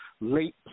late